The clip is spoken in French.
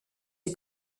est